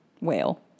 Whale